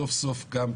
סוף סוף גם,